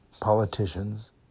politicians